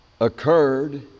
occurred